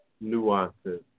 nuances